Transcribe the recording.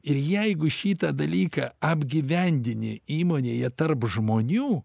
ir jeigu šitą dalyką apgyvendini įmonėje tarp žmonių